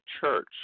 church